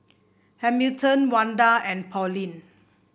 Hamilton Wanda and Pauline